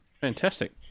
Fantastic